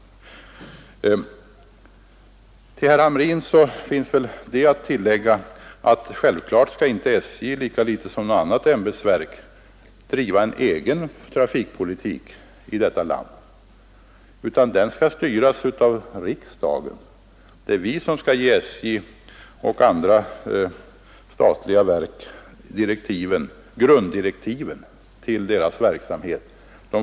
Till herr Hamrin vill jag säga att självklart skall inte SJ lika litet som något annat ämbetsverk driva en egen trafikpolitik i detta land. Den skall styras av riksdagen. Det är riksdagen som skall ge SJ och andra statliga verk grunddirektiven till deras verksamhet.